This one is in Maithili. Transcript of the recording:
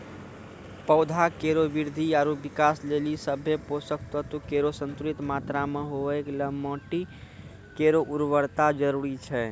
पौधा केरो वृद्धि आरु विकास लेलि सभ्भे पोसक तत्व केरो संतुलित मात्रा म होवय ल माटी केरो उर्वरता जरूरी छै